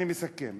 אני מסכם,